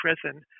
prison